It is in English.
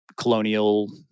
colonial